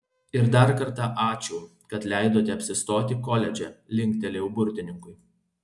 ir dar kartą ačiū kad leidote apsistoti koledže linktelėjau burtininkui